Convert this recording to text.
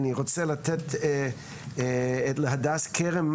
אני רוצה לתת להדס כרם